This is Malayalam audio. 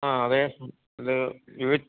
ആ വെ അത് ഇവ